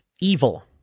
evil